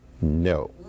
No